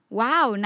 wow